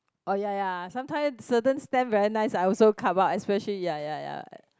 oh ya ya sometime certain stamps very nice I also cut out especially ya ya ya